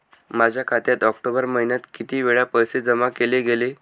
माझ्या खात्यात ऑक्टोबर महिन्यात किती वेळा पैसे जमा केले गेले?